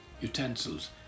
utensils